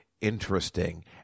Interesting